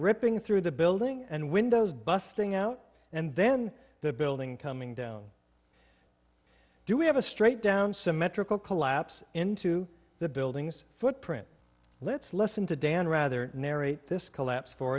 ripping through the building and windows busting out and then the building coming down do we have a straight down symmetrical collapse into the building's footprint let's listen to dan rather narrate this collapse for